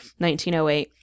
1908